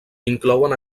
inclouen